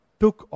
took